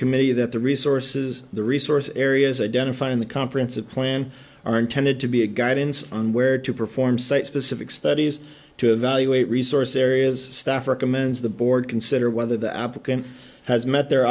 committee that the resources the resource areas identified in the conference of plan are intended to be a guidance on where to perform site specific studies to evaluate resource areas staff recommends the board consider whether the applicant has met their